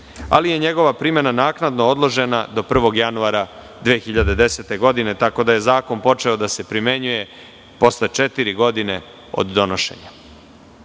ali je njegova primena bila naknadno odložena do 01. januara 2010. godine, tako da je zakon počeo da se primenjuje posle četiri godine od donošenja.